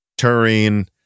turing